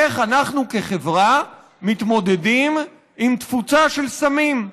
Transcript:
איך אנחנו כחברה מתמודדים עם תפוצה של סמים.